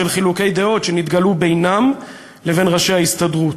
בשל חילוקי דעות שנתגלעו בינם לבין ראשי ההסתדרות.